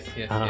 yes